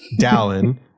Dallin